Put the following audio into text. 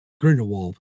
Grindelwald